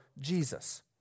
Jesus